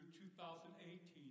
2018